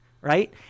Right